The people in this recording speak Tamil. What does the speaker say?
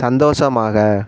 சந்தோஷமாக